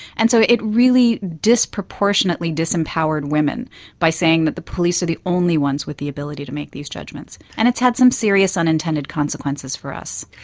and so it really disproportionately disempowered women by saying that the police are the only ones with the ability to make these judgements, and it's had some serious unintended consequences for us.